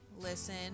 listen